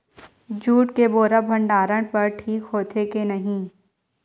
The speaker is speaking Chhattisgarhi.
जूट के बोरा भंडारण बर ठीक होथे के नहीं?